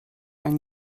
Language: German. einen